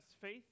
faith